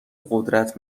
قدرت